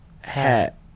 hat